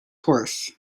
horse